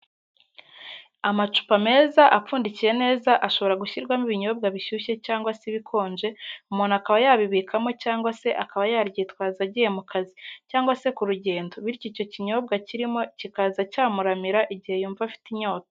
Amacupa meza apfundikiye neza ashobora gushyirwamo ibinyobwa bishushye cyangwa se bikonje umuntu akaba yabibikamo cyangwa se akaba yaryitwaza agiye mu kazi cyangwa se ku rugendo bityo icyo kinyobwa kirimo kikaza cyamuramira igihe yumva afite inyota.